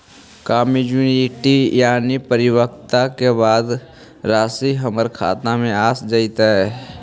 का मैच्यूरिटी यानी परिपक्वता के बाद रासि हमर खाता में आ जइतई?